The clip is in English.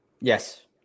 Yes